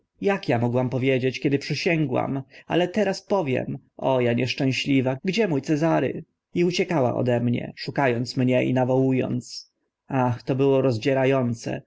jak a mogłam powiedzieć kiedy przysięgłam ale teraz powiem o a nieszczęśliwa gdzie mó cezary i uciekała ode mnie szuka ąc mnie i nawołu ąc ach to było rozdziera